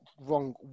Wrong